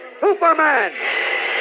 Superman